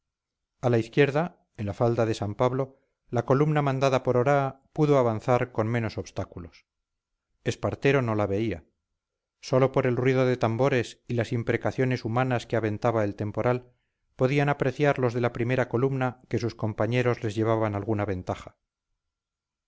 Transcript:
a la izquierda en la falda de san pablo la columna mandada por oraa pudo avanzar con menos obstáculos espartero no la veía sólo por el ruido de tambores y las imprecaciones humanas que aventaba el temporal podían apreciar los de la primera columna que sus compañeros les llevaban alguna ventaja